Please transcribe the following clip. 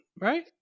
Right